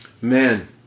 Man